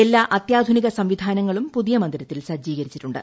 എല്ലാ അത്യാധുനിക സംവിധാനങ്ങളും പുതിയ മന്ദിരത്തിൽ സജ്ജീകരിച്ചിട്ടുണ്ട്